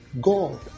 God